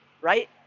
right